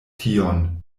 tion